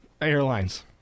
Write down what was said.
Airlines